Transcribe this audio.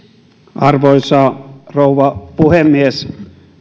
arvoisa rouva puhemies